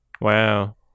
Wow